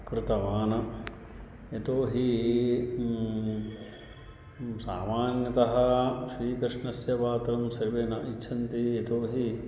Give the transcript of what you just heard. कृतवान् यतो ही सामान्यतः श्रीकृष्णस्य पात्रं सर्वे न इच्छन्ति यतो हि